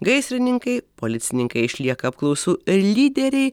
gaisrininkai policininkai išlieka apklausų lyderiai